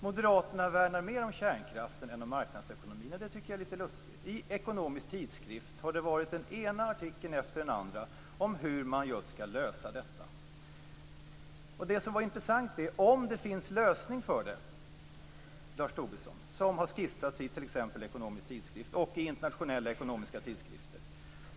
Moderaterna värnar mer om kärnkraften än om marknadsekonomin. Det tycker jag är lite lustigt. I Ekonomisk Tidskrift har det varit den ena artikeln efter den andra om hur man just skall lösa detta. Det intressanta är om det finns en lösning för detta, som t.ex. har skissats i Ekonomisk Tidskrift och i internationella ekonomiska tidskrifter.